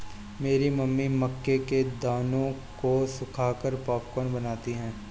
मेरी मम्मी मक्के के दानों को सुखाकर पॉपकॉर्न बनाती हैं